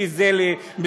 כי זה למזרחים,